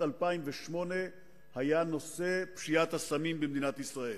2008 היה נושא פשיעת הסמים במדינת ישראל.